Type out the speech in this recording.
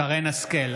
שרן מרים השכל,